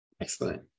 Excellent